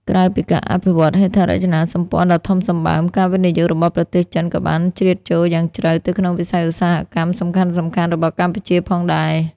ក្រៅពីការអភិវឌ្ឍន៍ហេដ្ឋារចនាសម្ព័ន្ធដ៏ធំសម្បើម ការវិនិយោគរបស់ប្រទេសចិនក៏បានជ្រៀតចូលយ៉ាងជ្រៅទៅក្នុងវិស័យឧស្សាហកម្មសំខាន់ៗរបស់កម្ពុជាផងដែរ។